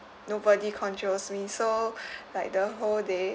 nobody controls me so like the whole day